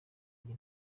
iyi